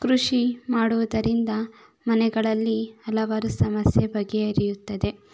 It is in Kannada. ಕೃಷಿ ಮಾಡುವುದರಿಂದ ಮನೆಗಳಲ್ಲಿ ಹಲವಾರು ಸಮಸ್ಯೆ ಬಗೆಹರಿಯುತ್ತದೆ